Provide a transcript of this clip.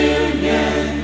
union